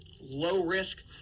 low-risk